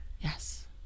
Yes